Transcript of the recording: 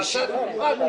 מועצה סמוכה.